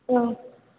औ